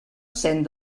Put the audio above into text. cent